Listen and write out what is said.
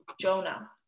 Jonah